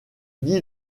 dit